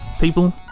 People